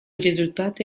результаты